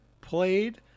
played